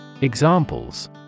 Examples